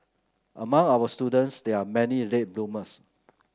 among our students there are many late bloomers